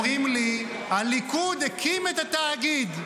אומרים לי: הליכוד הקים את התאגיד,